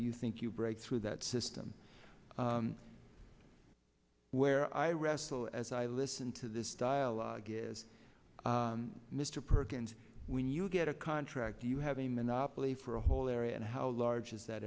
you think you break through that system where i wrestle as i listen to this dialogue is mr perkins when you get a contract do you have a monopoly for a whole area and how large is that